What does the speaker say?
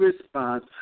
response